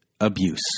abuse